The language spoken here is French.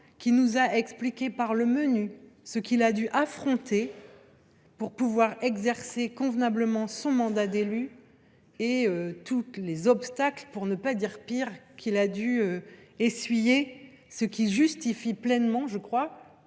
qui nous a expliqué par le menu ce qu’il a dû affronter pour pouvoir exercer convenablement son mandat d’élu, et tous les obstacles, pour ne pas dire pire, qu’il a dû surmonter. Cela justifie pleinement que nous